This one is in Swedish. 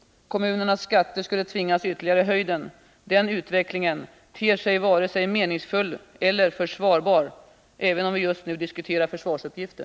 Kommunernas skatter skulle tvingas ytterligare i höjden. Den utvecklingen ter sig varken meningsfull eller försvarbar — även om vi just nu diskuterar försvarsuppgifter.